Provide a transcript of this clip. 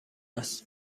است